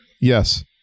Yes